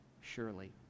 surely